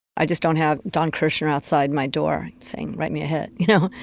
i just don't have don kershner outside my door saying, write me a hit. you know,